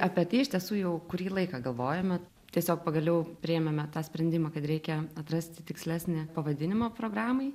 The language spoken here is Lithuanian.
apie tai iš tiesų jau kurį laiką galvojome tiesiog pagaliau priėmėme tą sprendimą kad reikia atrasti tikslesnį pavadinimą programai